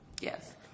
Yes